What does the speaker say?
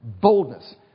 boldness